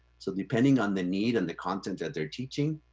so depending on the need and the content that they're teaching,